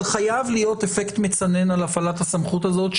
אבל חייב להיות אפקט מצנן על הפעלת הסמכות הזאת,